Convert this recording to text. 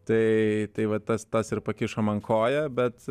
tai tai va tas tas ir pakišo man koją bet